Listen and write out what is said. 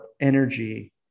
energy